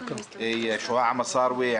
שועאע מסארווה,